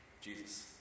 Jesus